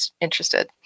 interested